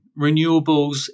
Renewables